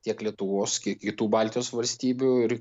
tiek lietuvos kiek kitų baltijos valstybių ir